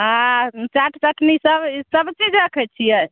आ चाट चकली सब सब चीज रक्खै छियै